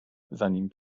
zanim